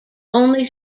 only